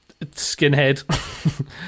skinhead